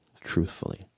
truthfully